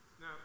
Now